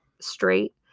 straight